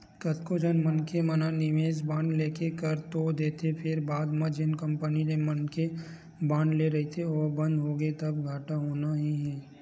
कतको झन मनखे मन निवेस बांड लेके कर तो देथे फेर बाद म जेन कंपनी ले मनखे ह बांड ले रहिथे ओहा बंद होगे तब घाटा होना ही हे